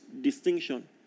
distinction